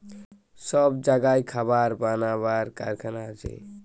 সব জাগায় খাবার বানাবার কারখানা আছে